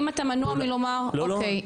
אם אתה מנוע מלומר אוקי,